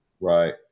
Right